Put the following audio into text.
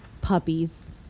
puppies